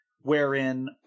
wherein